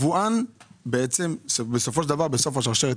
היבואן - והצרכן בסוף השרשרת